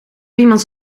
iemands